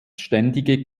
ständige